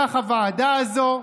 כך הוועדה הזו,